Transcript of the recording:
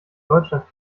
deutschland